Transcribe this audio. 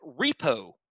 repo